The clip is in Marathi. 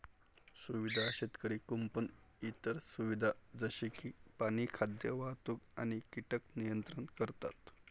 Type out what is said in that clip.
सुविधा शेतकरी कुंपण इतर सुविधा जसे की पाणी, खाद्य, वाहतूक आणि कीटक नियंत्रण करतात